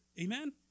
Amen